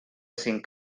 cinc